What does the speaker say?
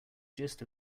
gist